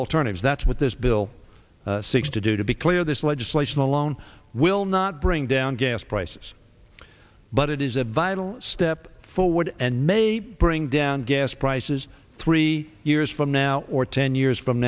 alternatives that's what this bill seeks to do to be clear this legislation alone will not bring down gas prices but it is a vital step forward and may bring down gas prices three years from now or ten years from